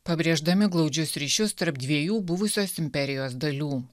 pabrėždami glaudžius ryšius tarp dviejų buvusios imperijos dalių